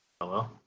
Hello